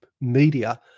media